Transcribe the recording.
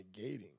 negating